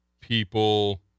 people